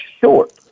short